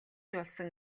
болсон